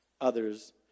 others